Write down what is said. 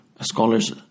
scholars